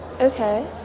okay